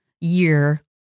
year